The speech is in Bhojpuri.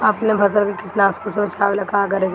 अपने फसल के कीटनाशको से बचावेला का करे परी?